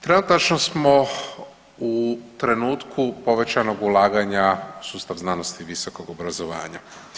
Trenutačno smo u trenutku povećanog ulaganja u sustav znanosti i visokog obrazovanja.